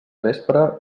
vespre